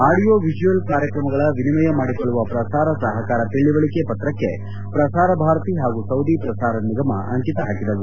audio visual ಕಾರ್ಯಕ್ರಮಗಳ ವಿನಿಮಯ ಮಾಡಿಕೊಳ್ಳುವ ಪ್ರಸಾರ ಸಹಕಾರ ತಿಳಿವಳಿಕೆ ಪತ್ರಕ್ಕೆ ಪ್ರಸಾರ ಭಾರತಿ ಹಾಗೂ ಸೌದಿ ಪ್ರಸಾರ ನಿಗಮ ಅಂಕಿತ ಹಾಕಿದವು